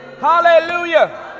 hallelujah